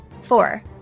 Four